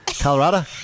Colorado